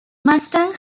mustang